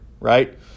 right